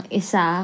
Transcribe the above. isa